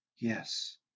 Yes